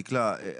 דקלה,